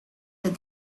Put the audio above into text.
that